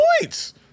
points